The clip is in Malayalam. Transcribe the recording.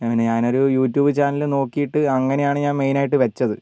പിന്നെ ഞനൊരു യൂട്യൂബ് ചാനല് നോക്കീട്ട് അങ്ങനെയാണ് ഞാൻ മെയിൻ ആയിട്ട് വെച്ചത്